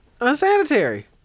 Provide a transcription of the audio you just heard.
unsanitary